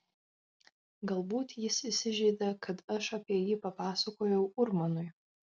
galbūt jis įsižeidė kad aš apie jį papasakojau urmanui